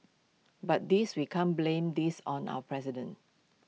but this we can't blame this on our president